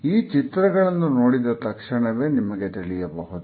ಈ ಚಿತ್ರಗಳನ್ನು ನೋಡಿದ ತಕ್ಷಣವೇ ನಿಮಗೆ ತಿಳಿಯಬಹುದು